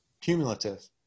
cumulative